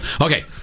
Okay